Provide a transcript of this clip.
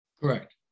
Correct